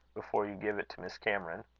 before you give it to miss cameron.